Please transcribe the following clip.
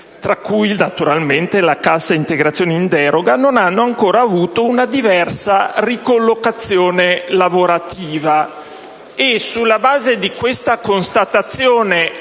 tra cui la cassa integrazione in deroga, non hanno ancora avuto una diversa ricollocazione lavorativa;